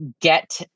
get